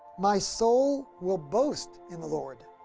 my soul will boast in the lord.